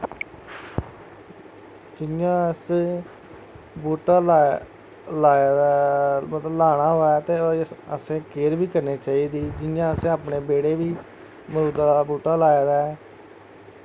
जि'यां असें बूह्टा ला लाए दा ऐ मतलब लाना होऐ ते असें केयर बी करनी चाहिदी जि'यां असें अपने बेह्ड़े बी अमरूद दा बूह्टा लाए दा ऐ